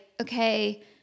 okay